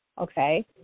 okay